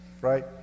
right